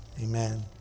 amen